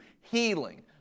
healing